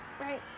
Right